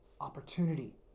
opportunity